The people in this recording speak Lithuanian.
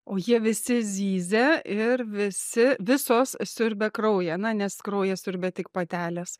o jie visi zyzia ir visi visos siurbia kraują na nes kraują siurbia tik patelės